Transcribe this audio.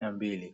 na mbili.